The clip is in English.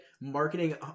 marketing